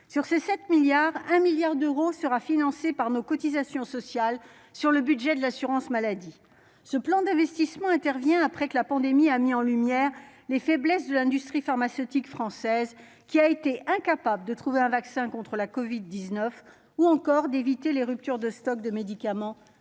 sur ces 7 milliards un milliard d'euros sera financé par nos cotisations sociales sur le budget de l'assurance-maladie, ce plan d'investissement intervient après que la pandémie, a mis en lumière les faiblesses de l'industrie pharmaceutique française qui a été incapable de trouver un vaccin contre la Covid 19 ou encore d'éviter les ruptures de stock de médicaments